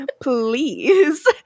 Please